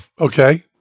Okay